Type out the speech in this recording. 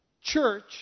church